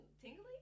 tingly